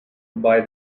buy